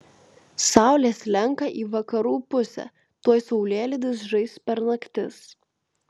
saulė slenka į vakarų pusę tuoj saulėlydis žais per naktis